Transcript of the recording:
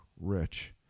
rich